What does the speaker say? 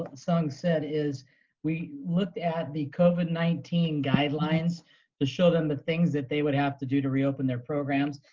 and sung said is we looked at the covid nineteen guidelines to show them the things that they would have to do to reopen their programs.